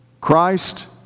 Christ